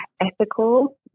ethical